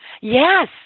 Yes